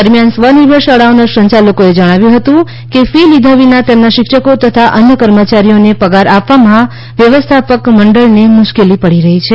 દરમિયાન સ્વનિર્ભર શાળાઓના સંચાલકોએ જણાવ્યું હતું કે ફી લીધા વિના તેમના શિક્ષકો તથા અન્ય કર્મચારીઓને પગાર આપવામાં વ્યવસ્થાપક મંડળને મુશ્કેલી પડી રહી છે